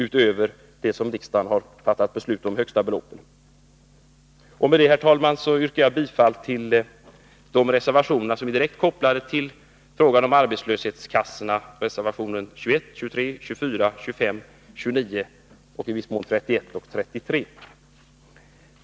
Med detta, herr talman, yrkar jag bifall till reservationerna 21, 23, 24, 25, 29, 31 och 33.